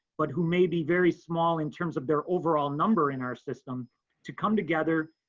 but who may be very small in terms of their overall number in our system to come together,